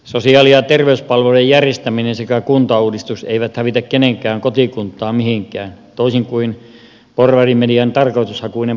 sosiaali ja terveyspalveluiden järjestäminen sekä kuntauudistus eivät hävitä kenenkään kotikuntaa mihinkään toisin kuin porvarimedian tarkoitushakuinen propaganda on väittänyt